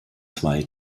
zwei